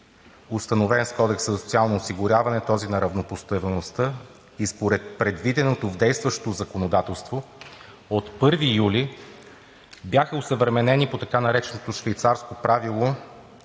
установен с Кодекса за социално осигуряване – този на равнопоставеността, и според предвиденото в действащото законодателство, от 1 юли бяха осъвременени по така нареченото швейцарско правило